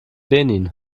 benin